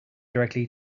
directly